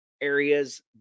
areas